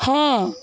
হ্যাঁ